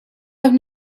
have